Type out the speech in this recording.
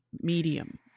medium